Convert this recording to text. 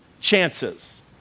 chances